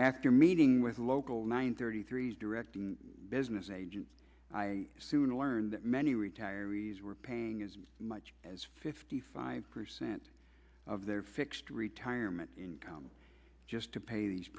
after meeting with a local nine thirty three's direct business agent i soon learned that many retirees were paying as much as fifty five percent of their fixed retirement income just to pay the